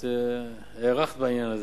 את הארכת בעניין הזה,